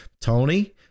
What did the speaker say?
tony